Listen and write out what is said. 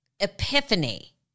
Epiphany